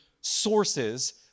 sources